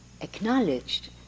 acknowledged